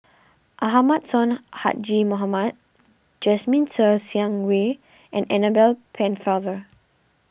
Ahmad Sonhadji Mohamad Jasmine Ser Xiang Wei and Annabel Pennefather